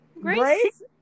Grace